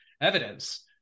evidence